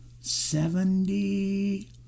seventy